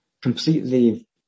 completely